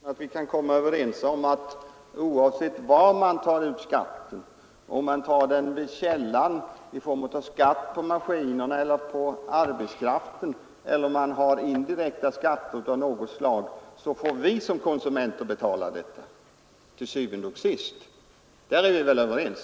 Herr talman! Jag tror nog att vi kan vara överens om att oavsett var man tar ut skatten, vid källan i form av skatt på maskinerna eller på arbetskraften eller i form av indirekta skatter av något slag, är det til syvende og sidst vi som konsumenter som får betala detta — därom är vi väl överens?